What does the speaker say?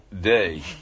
day